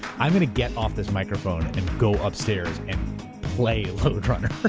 i'm gonna get off this microphone and go upstairs play lode runner